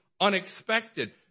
unexpected